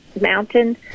mountain